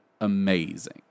amazing